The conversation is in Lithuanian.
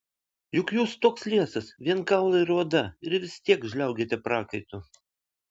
juk jūs toks liesas vien kaulai ir oda ir vis tiek žliaugiate prakaitu